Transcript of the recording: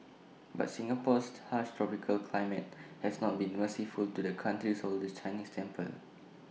but Singapore's harsh tropical climate has not been merciful to the country's oldest Chinese temple